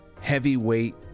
heavyweight